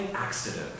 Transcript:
accident